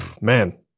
man